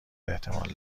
احتمال